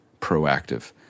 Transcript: proactive